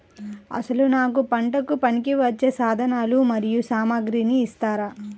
అసలు నాకు పంటకు పనికివచ్చే సాధనాలు మరియు సామగ్రిని ఇస్తారా?